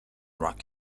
rock